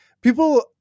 people